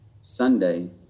Sunday